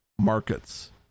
markets